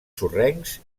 sorrencs